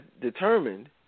determined